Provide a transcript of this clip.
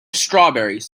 strawberries